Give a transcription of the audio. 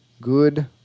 Good